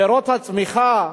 פירות הצמיחה,